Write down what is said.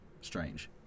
strange